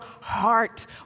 heart